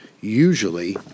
usually